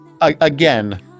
Again